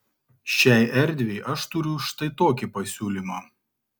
šiai erdvei aš turiu štai tokį pasiūlymą